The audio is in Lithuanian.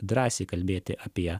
drąsiai kalbėti apie